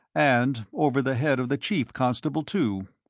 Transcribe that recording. and over the head of the chief constable, too.